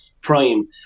prime